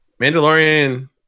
mandalorian